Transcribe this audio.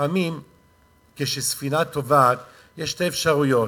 לפעמים כשספינה טובעת יש שתי אפשרויות: